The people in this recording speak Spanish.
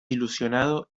ilusionado